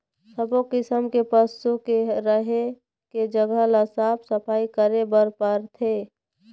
सब्बो किसम के पशु के रहें के जघा ल साफ सफई करे बर परथे